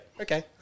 Okay